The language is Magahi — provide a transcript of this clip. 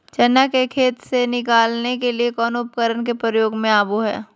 चना के खेत से निकाले के लिए कौन उपकरण के प्रयोग में आबो है?